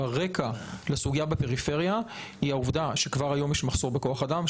שהרקע לסוגיה בפריפריה היא העובדה שכבר היום יש מחסור בכוח אדם.